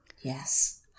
Yes